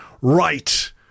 Right